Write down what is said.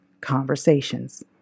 conversations